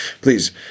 Please